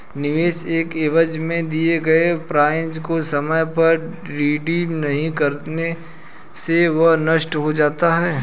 निवेश के एवज में दिए गए पॉइंट को समय पर रिडीम नहीं करने से वह नष्ट हो जाता है